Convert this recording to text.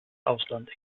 ausland